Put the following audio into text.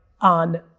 on